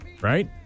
Right